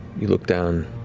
you look down,